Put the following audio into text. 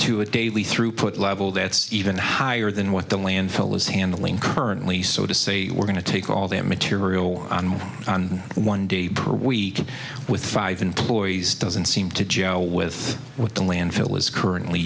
to a daily throughput level that's even higher than what the landfill is handling currently so to say we're going to take all that material on one day per week with five employees doesn't seem to go with what the landfill is currently